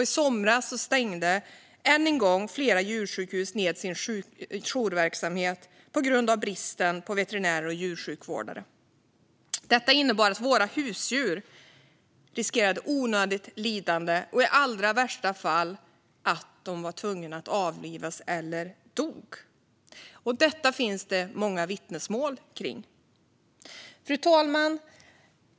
I somras stängde än en gång flera djursjukhus ned sin jourverksamhet på grund av bristen på veterinärer och djursjukvårdare. Detta innebar att våra husdjur riskerade ett onödigt lidande och i allra värsta fall att bli avlivade eller dö. Detta finns det många vittnesmål om. Fru talman!